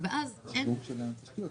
רשות הטבע והגנים היא תאגיד